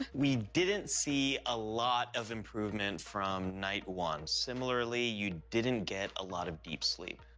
we didn't see a lot of improvement from night one. similarly, you didn't get a lot of deep sleep.